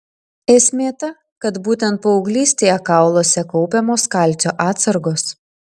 esmė ta kad būtent paauglystėje kauluose kaupiamos kalcio atsargos